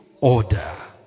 order